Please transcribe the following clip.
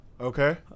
Okay